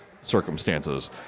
circumstances